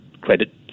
credit